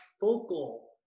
focal